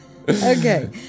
okay